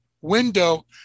window